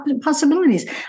possibilities